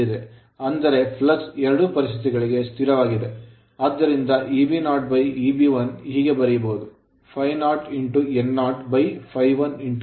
ಅಂದರೆ ಫ್ಲಕ್ಸ್ ಎರಡೂ ಪರಿಸ್ಥಿತಿಗಳಿಗೆ ಸ್ಥಿರವಾಗಿದೆ ಆದ್ದರಿಂದ Eb0 Eb1 ಹೀಗೆ ಬರೆಯಬಹುದು ∅0n0 ∅1n1